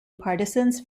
partisans